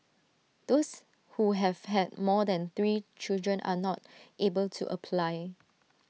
those who have had more than three children are not able to apply